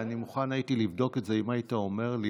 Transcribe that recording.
ואני מוכן הייתי לבדוק את זה, אם היית אומר לי.